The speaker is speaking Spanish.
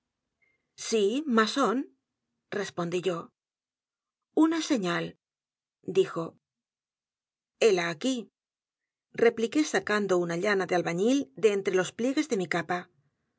sí masón respondí yo una señal dijo hela aquí repliqué sacando una llana de albañil de entre los pliegues de mi capa